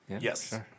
Yes